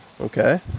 Okay